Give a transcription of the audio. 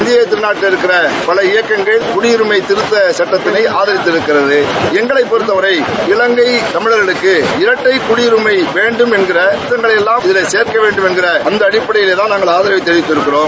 இந்திய திருநாட்டில் இருக்கின்ற பல இயக்கங்கள் குடியுரிமை திருத்தச் சட்டத்தினை ஆதரித்து இருக்கிறது எங்களை பொறுத்தவரை இலங்கை தமிழர்களுக்கு இரட்டை குடியுரிமை வேண்டுமென்ற திருத்தங்களை எல்லாம் இதில் சேர்க்க வேண்டும் என்ற அந்த அடிப்படையில்தான் நாங்கள் அதரவு தெரிவித்திருக்கிறோம்